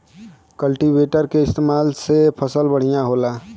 cultivator के इस्तेमाल से फसल बढ़िया होला